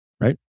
right